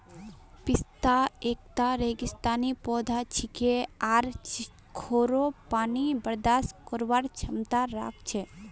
पिस्ता एकता रेगिस्तानी पौधा छिके आर खोरो पानी बर्दाश्त करवार क्षमता राख छे